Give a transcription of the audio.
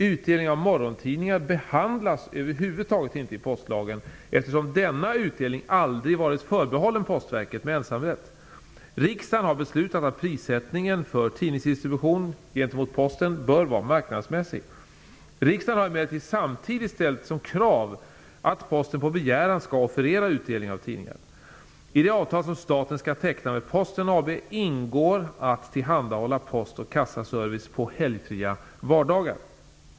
Utdelning av morgontidningar behandlas över huvud taget inte i postlagen eftersom denna utdelning aldrig varit förbehållen Postverket med ensamrätt. Riksdagen har beslutat att prissättningen för tidningsdistribution genom Posten bör vara marknadsmässig. Riksdagen har emellertid samtidigt ställt som krav att Posten på begäran skall offerera utdelning av tidningar. I det avtal som staten skall teckna med Posten AB ingår att tillhandahålla post och kassaservice på helgfria vardagar.